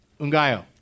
Ungayo